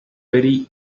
very